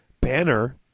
banner